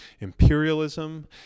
Imperialism